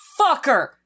Fucker